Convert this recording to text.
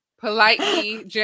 politely